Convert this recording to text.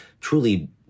truly